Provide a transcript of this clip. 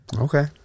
Okay